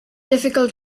difficult